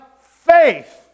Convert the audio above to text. faith